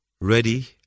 ready